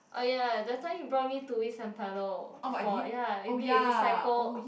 oh ya that time you brought me to eat San-Pello for ya you did we cycled